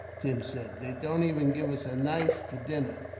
tim said. they don't even give us a knife for dinner,